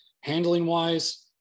handling-wise